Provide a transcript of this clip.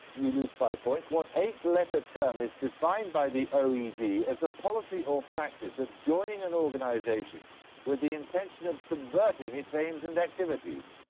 you lose five points. what eight letter term is defined by the oed as the policy or practice of joining an organisation with the intention of subverting its aims and activities?